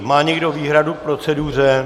Má někdo výhradu k proceduře?